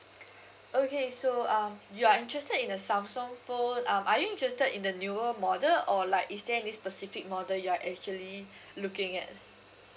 okay so um you are interested in a Samsung phone um are you interested in the newer model or like is there any specific model you are actually looking at